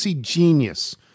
Genius